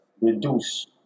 reduce